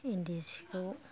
इन्दि सिखौ